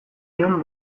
dion